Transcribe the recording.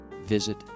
Visit